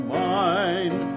mind